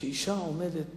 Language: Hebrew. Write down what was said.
שאשה עומדת